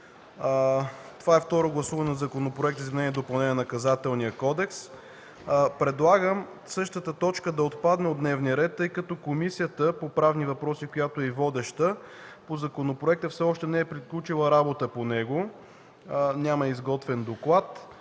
същия – Второ гласуване на Законопроекта за изменение и допълнение на Наказателния кодекс, предлагам същата точка да отпадне от дневния ред, тъй като Комисията по правни въпроси, която е и водеща по законопроекта, все още не е приключила работа по него. Няма изготвен доклад